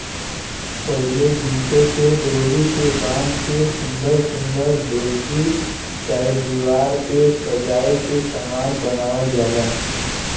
पहिले जूटे के डोरी से बाँध के सुन्दर सुन्दर डोलची चाहे दिवार पे सजाए के सामान बनावल जाला